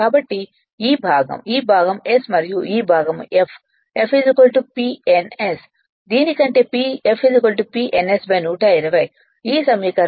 కాబట్టి ఈ భాగం ఈ భాగం s మరియు ఈ భాగం f f P ns దీని కంటే f P ns 120 ఈ సమీకరణం నుండి f P ns 120